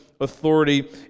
authority